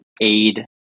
aid